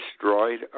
destroyed